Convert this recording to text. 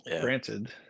granted